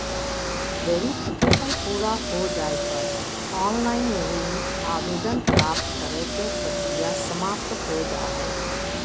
verification पूरा हो जाय पर ऑनलाइन ऋण आवेदन प्राप्त करे के प्रक्रिया समाप्त हो जा हय